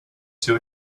too